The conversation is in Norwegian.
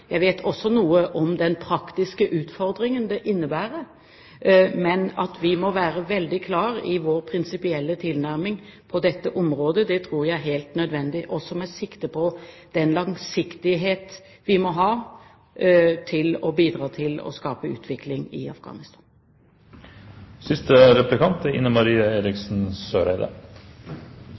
Jeg vet også noe om hvilken praktisk utfordring det innebærer. Men at vi må være veldig klar i vår prinsipielle tilnærming på dette området, tror jeg er helt nødvendig, også med sikte på den langsiktighet vi må ha for å bidra til å skape utvikling i Afghanistan.